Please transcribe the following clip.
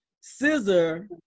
scissor